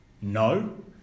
no